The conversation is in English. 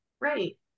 Right